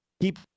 keep